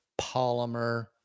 polymer